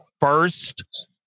first